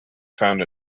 found